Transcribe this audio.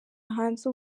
hanze